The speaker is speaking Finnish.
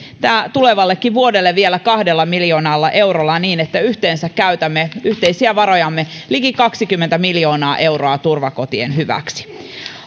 tulevallekin vuodelle vielä kahdella miljoonalla eurolla niin että yhteensä käytämme yhteisiä varojamme liki kaksikymmentä miljoonaa euroa turvakotien hyväksi